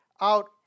out